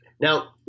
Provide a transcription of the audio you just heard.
Now